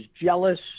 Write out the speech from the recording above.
jealous